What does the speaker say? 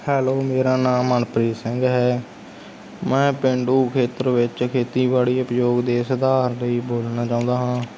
hello ਮੇਰਾ ਨਾਮ ਮਨਪ੍ਰੀਤ ਸਿੰਘ ਹੈ ਮੈਂ ਪੇਂਡੂ ਖੇਤਰ ਵਿੱਚ ਖੇਤੀਬਾੜੀ ਉਪਯੋਗ ਦੇ ਸੁਧਾਰ ਲਈ ਬੋਲਣਾ ਚਾਹੁੰਦਾ ਹਾਂ